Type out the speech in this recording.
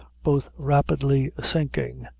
both rapidly sinking,